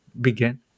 begin